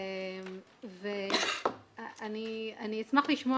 אני כן חייב